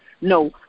No